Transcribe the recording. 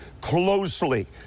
closely